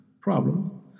problem